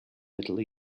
middle